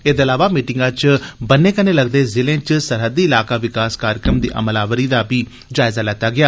एह्दे इलावा मीटिंगै च बन्ने कन्नै लगदे जिलें च सरह्दी इलाका विकास कार्यक्रम दी अमलावरी दा बी जायजा लैता गेआ